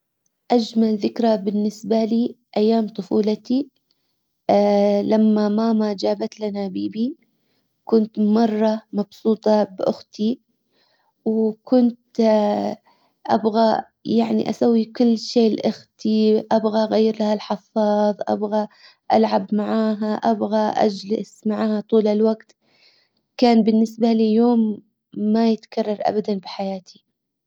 أجمل ذكرى بالنسبة لي ايام طفولتي. لما ماما جابت لنا بيبي كنت مرة مبسوطة بأختي وكنت ابغى يعني اسوي كل شيء لاختي ابغى اغير لها الحفاظ ابغى العب معاها ابغى أجلس معاها طول الوقت. كان بالنسبة ليا يوم ما يتكرر ابدا بحياتي.